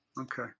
Okay